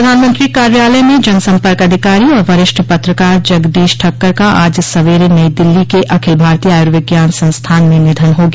प्रधानमंत्री कार्यालय में जनसंपर्क अधिकारी और वरिष्ठ पत्रकार जगदीश ठक्कर का आज सवेरे नई दिल्ली के अखिल भारतीय आयुर्विज्ञान संस्थान म निधन हो गया